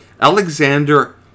Alexander